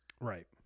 Right